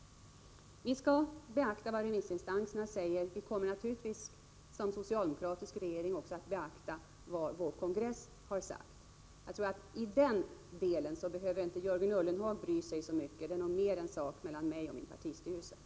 Vi skall beakta vad remissinstanserna säger. Vi kommer naturligtvis också, som socialdemokratisk regering, att beakta vad vår kongress har sagt. Den delen behöver inte Jörgen Ullenhag bry sig så mycket om. Det är mer en sak mellan mig och min partistyrelse.